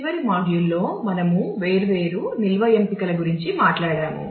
చివరి మాడ్యూల్లో మనము వేర్వేరు నిల్వ ఎంపికల గురించి మాట్లాడాము